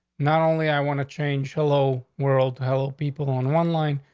not only i want to change hello world to help people on one line.